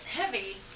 heavy